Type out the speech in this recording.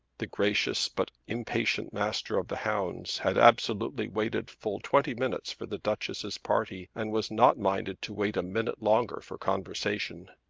the gracious but impatient master of the hounds had absolutely waited full twenty minutes for the duchess's party and was not minded to wait a minute longer for conversation.